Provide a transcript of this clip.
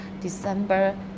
December